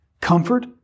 Comfort